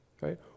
right